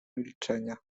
milczenia